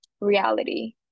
reality